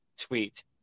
tweet